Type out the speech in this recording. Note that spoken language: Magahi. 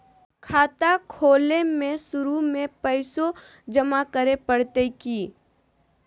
खाता खोले में शुरू में पैसो जमा करे पड़तई की?